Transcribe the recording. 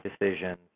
decisions